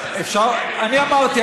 אני אמרתי,